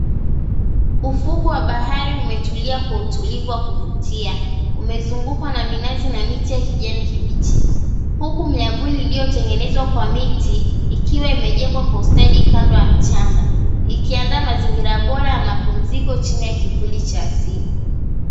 Ufukwe wa bahari umetulia kwa utulivu wa kuvutia umezungukwa na minazi na miti ya kijani kibichi huku miavuli iliyotengenezwa kwa miti ikiwa imejengwa kwa ustadi kando ya mchanga ikiandaa mazingira ya bora ya mapumziko chini ya kivuli cha asili.